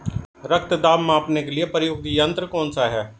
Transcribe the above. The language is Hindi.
रक्त दाब मापने के लिए प्रयुक्त यंत्र कौन सा है?